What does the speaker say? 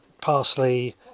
parsley